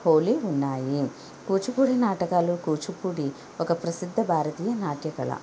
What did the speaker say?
హోలీ ఉన్నాయి కూచిపూడి నాటకాలు కూచిపూడి ఒక ప్రసిద్ధ భారతీయ నాట్య కళ